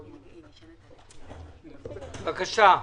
בבקשה.